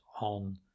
on